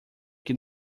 que